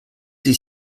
sie